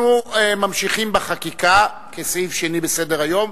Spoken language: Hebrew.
אנחנו ממשיכים בחקיקה, כסעיף שני בסדר-היום.